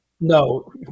No